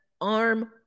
arm